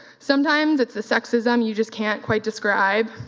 sometimes it's the sexism you just can't quite describe.